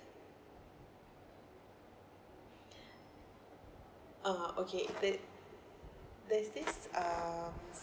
uh okay there there's this uh